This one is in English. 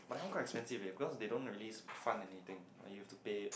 but that one quite expensive eh because they don't really fund anything like you have to pay